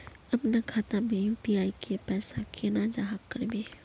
अपना खाता में यू.पी.आई के पैसा केना जाहा करबे?